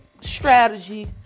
strategy